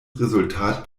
resultat